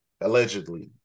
allegedly